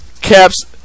Caps